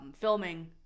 filming